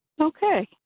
Okay